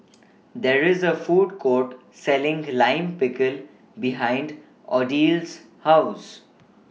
There IS A Food Court Selling Lime Pickle behind Odile's House